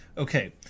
Okay